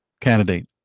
candidate